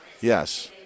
Yes